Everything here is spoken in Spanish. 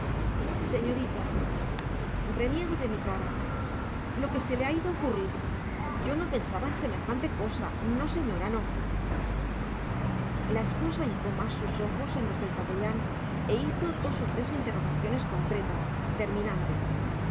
señorita reniego de mi cara lo que se le ha ido a ocurrir yo no pensaba en semejante cosa no señora no la esposa hincó más sus ojos en los del capellán e hizo dos o tres interrogaciones concretas terminantes